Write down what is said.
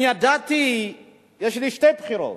אני ידעתי שיש לי שתי ברירות: